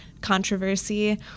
controversy